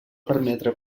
permetre